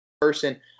person